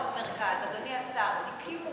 אדוני השר, לא רק במחוז מרכז.